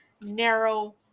narrow